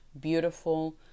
beautiful